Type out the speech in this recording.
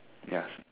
ya